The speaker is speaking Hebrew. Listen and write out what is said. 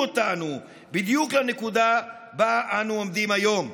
אותנו בדיוק לנקודה שבה אנו עומדים היום.